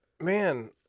Man